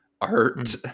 art